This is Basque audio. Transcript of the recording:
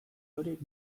horiek